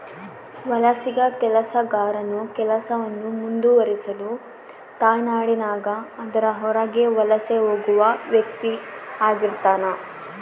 ವಲಸಿಗ ಕೆಲಸಗಾರನು ಕೆಲಸವನ್ನು ಮುಂದುವರಿಸಲು ತಾಯ್ನಾಡಿನಾಗ ಅದರ ಹೊರಗೆ ವಲಸೆ ಹೋಗುವ ವ್ಯಕ್ತಿಆಗಿರ್ತಾನ